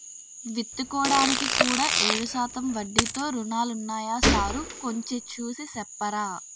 విత్తుకోడానికి కూడా ఏడు శాతం వడ్డీతో రుణాలున్నాయా సారూ కొంచె చూసి సెప్పరా